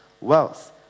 wealth